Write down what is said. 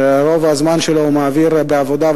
שאת רוב הזמן שלו מעביר בעבודה,